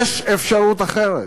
יש אפשרות אחרת,